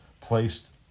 placed